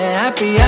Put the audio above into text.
happy